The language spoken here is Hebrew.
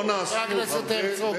לא נעשו, חבר הכנסת הרצוג.